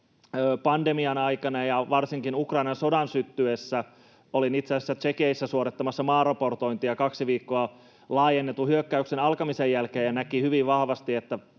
pandemian aikana ja varsinkin Ukrainan sodan syttyessä. Olin itse asiassa Tšekeissä suorittamassa maaraportointia kaksi viikkoa laajennetun hyökkäyksen alkamisen jälkeen. Siellä näki hyvin vahvasti, että